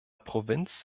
provinz